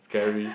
scary